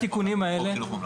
חינוך ממלכתי.